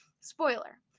Spoiler